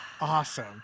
awesome